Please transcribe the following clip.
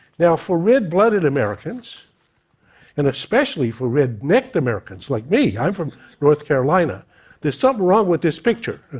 now, for red-blooded americans and especially for red-necked americans like me i'm from north carolina there's something wrong with this picture.